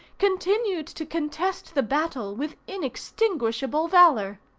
continued to contest the battle with inextinguishable valor.